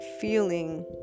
feeling